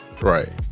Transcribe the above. Right